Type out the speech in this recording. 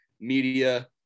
media